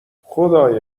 خدای